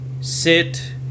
sit